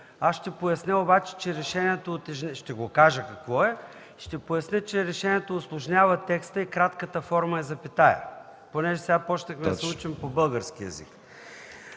е. Ще поясня, че решението усложнява текста и кратката форма е запетая, понеже сега започнахме да се учим по български език.